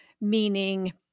meaning